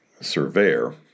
surveyor